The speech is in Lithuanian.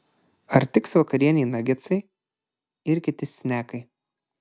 ar tiks vakarienei nagetsai ir kiti snekai